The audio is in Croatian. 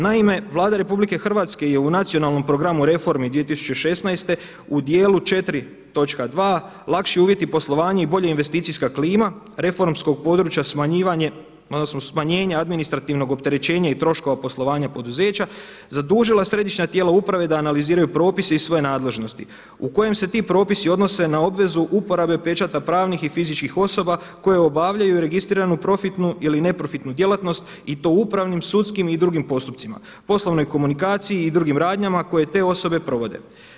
Naime, Vlada RH je u nacionalnom programu reformi 2016. u dijelu 4.2 lakši uvjeti poslovanja i bolja investicijska klima reformskog područja smanjivanje, odnosno smanjenje administrativnog opterećenja i troškova poslovanja poduzeća zadužila središnja tijela uprave da analiziraju propise iz svoje nadležnosti u kojem se ti propisi odnose na obvezu uporabe pečata pravnih i fizičkih osoba koje obavljaju registriranu profitnu ili neprofitnu djelatnost i to u upravnim, sudskim i drugim postupcima, poslovnoj komunikaciji i drugim radnjama koje te osobe provode.